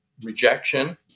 rejection